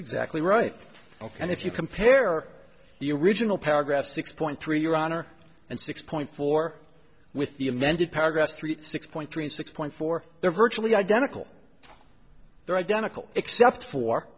exactly right ok and if you compare your original paragraph six point three your honor and six point four with the amended paragraphs three six point three six point four they're virtually identical they're identical except for